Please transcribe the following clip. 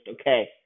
okay